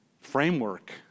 framework